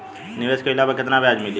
निवेश काइला पर कितना ब्याज मिली?